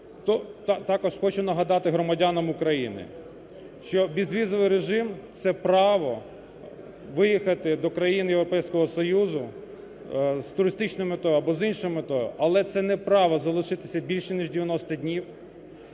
Також хочу нагадати громадянам України, що безвізовий режим – це право виїхати до країн Європейського Союзу з туристичною метою або з іншою метою, але це не право залишитися більш, ніж 90 днів,